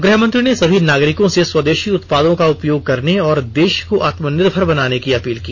गृहमंत्री ने सभी नागरिकों से स्वदेशी उत्पादों का उपयोग करने और देश को आत्मनिर्भर बनाने की अपील की